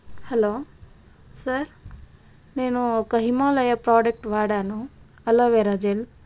hello sir నేను ఒక Himalaya product వాడాను అలోవెరా జెల్